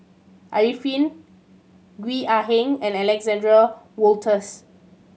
Arifin Gwee Ah Leng and Alexander Wolters